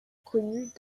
connues